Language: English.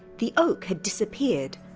the oak had disappeared,